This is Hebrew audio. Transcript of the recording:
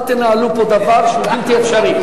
אל תנהלו פה דבר שהוא בלתי אפשרי.